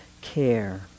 care